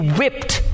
whipped